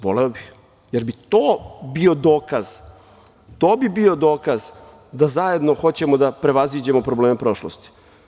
Voleo bih, jer bi to bio dokaz, to bi bio dokaz da zajedno hoćemo da prevaziđemo probleme prošlosti.